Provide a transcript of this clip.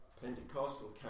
Pentecostal